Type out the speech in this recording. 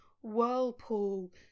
whirlpool